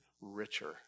richer